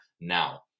Now